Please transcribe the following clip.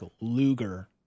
Luger